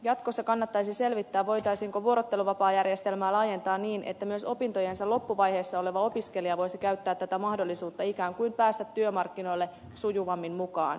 jatkossa kannattaisi selvittää voitaisiinko vuorotteluvapaajärjestelmää laajentaa niin että myös opintojensa loppuvaiheessa oleva opiskelija voisi käyttää tätä mahdollisuutta ikään kuin päästä työmarkkinoille sujuvammin mukaan